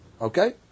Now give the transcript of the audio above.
Okay